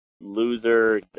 loser